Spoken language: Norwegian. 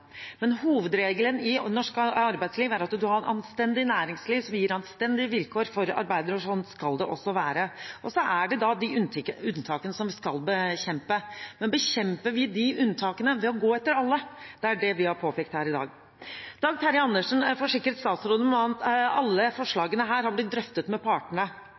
Hovedregelen i norsk arbeidsliv er at en har et anstendig næringsliv som gir anstendige vilkår for arbeidere, og sånn skal det også være. Og så er det unntakene, som en skal bekjempe. Men bekjemper vi unntakene ved å gå etter alle? Det er det vi har påpekt her i dag. Dag Terje Andersen forsikret statsråden om at alle forslagene her har blitt drøftet med partene.